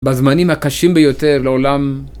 בזמנים הקשים ביותר לעולם